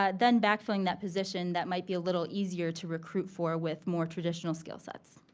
ah then back filling that position that might be a little easier to recruitment for with more traditional skill sets.